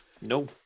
No